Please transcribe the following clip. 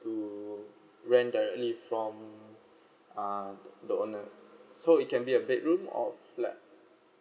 to rent directly from uh the owner so it can be a bedroom or like